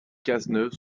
cazeneuve